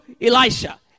Elisha